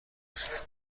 است